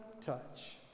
touch